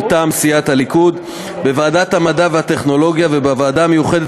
מטעם סיעת הליכוד: בוועדת המדע והטכנולוגיה ובוועדה המיוחדת